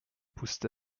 poussent